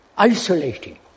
Isolating